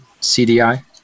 CDI